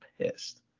pissed